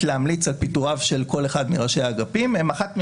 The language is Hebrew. להמליץ על פיטוריו של כל אחד מראשי האגפים הן אחת מהשתיים,